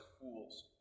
fools